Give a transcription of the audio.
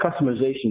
customization